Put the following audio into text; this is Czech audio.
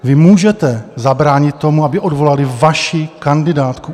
Vy můžete zabránit tomu, aby odvolali vaši kandidátku.